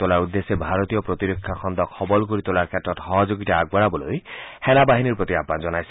তোলাৰ উদ্দেশ্যে ভাৰতীয় প্ৰতিৰক্ষা খণ্ডক সবল কৰি তোলাৰ ক্ষেত্ৰত সহযোগিতা আগবঢ়াবলৈ সেনা বাহিনীৰ প্ৰতি আহবান জনাইছে